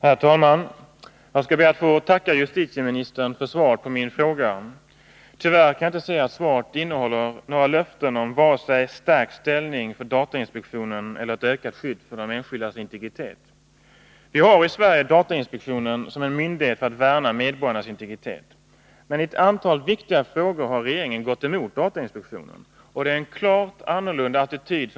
Herr talman! Jag skall be att få tacka justitieministern för svaret på min fråga. Tyvärr kan jag inte se att svaret innehåller några löften vare sig om stärkt ställning för datainspektionen eller om ökat skydd för de enskildas integritet. Vi har i Sverige datainspektionen som myndighet för att värna medborgarnas integritet. Men i ett antal viktiga frågor har regeringen gått emot datainspektionen.